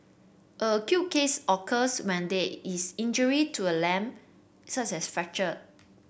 an acute case occurs when there is injury to a limb such as fracture